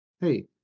hey